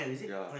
yea